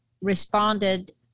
responded